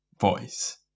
voice